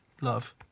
love